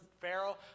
Pharaoh